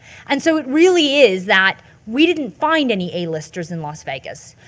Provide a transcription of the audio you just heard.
and so it really is that we didn't find any a-listers in las vegas.